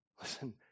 Listen